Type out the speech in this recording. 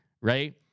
right